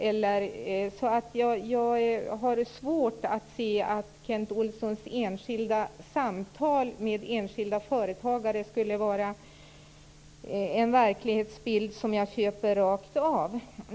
Jag har alltså svårt att se att Kent Olssons samtal med enskilda företagare skulle vara en verklighetsbild som jag köper rakt av.